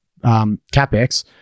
capex